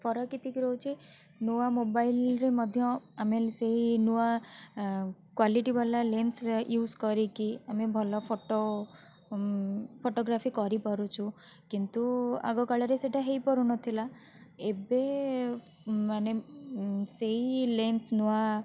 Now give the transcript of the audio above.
ଫରକ ଏତିକି ରହୁଛି ନୂଆ ମୋବାଇଲରେ ମଧ୍ୟ ଆମେ ସେଇ ନୂଆ କ୍ୱାଲିଟି ବାଲା ଲେନ୍ସର ଇଉଜ୍ କରିକି ଆମେ ଭଲ ଫଟୋ ଫୋଟୋଗ୍ରାଫୀ କରିପାରୁଛୁ କିନ୍ତୁ ଆଗକାଳରେ ସେଇଟା ହୋଇପାରୁନଥିଲା ଏବେ ମାନେ ସେହି ଲେନ୍ସ ନୂଆ